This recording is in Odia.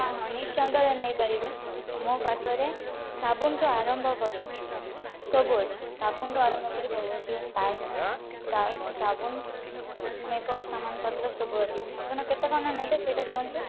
ହଁ ହଁ ନିଶ୍ଚିନ୍ତରେ ନେଇପାରିବେ ମୋ ପାଖରେ ସାବୁନ୍ଠୁ ଆରମ୍ଭ କରି ସବୁ ଅଛି ସାବୁନ୍ଠୁ ଆରମ୍ଭ କରି ସବୁ ଅଛି ସାବୁନ୍ ମେକ୍ଅପ ସାମାନ ପତ୍ର ସବୁ ଅଛି ଆପଣ କେତେ କଣ ନେବେ ସେଇଟା କୁହନ୍ତୁ